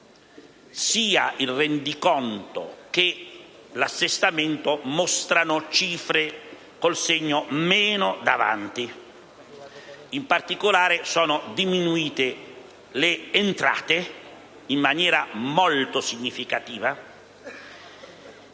sia il rendiconto che l'assestamento mostrano cifre con il segno meno davanti. In particolare, sono diminuite in maniera molto significativa